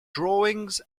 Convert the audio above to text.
drawings